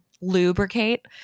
lubricate